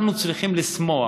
אנחנו צריכים לשמוח